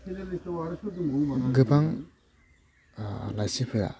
गोबां लाइसिफोरा